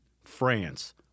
France